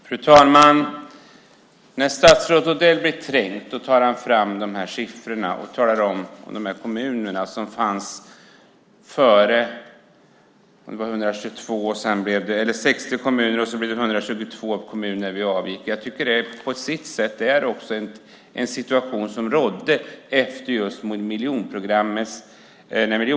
Fru talman! När statsrådet Odell blir trängd tar han fram dessa siffror gällande kommuner med bostadsbrist. Först var det 60 kommuner, och när vi avgick var det 122 kommuner. Jag tycker att det på sitt sätt visar den situation som rådde när miljonprogrammet kom till.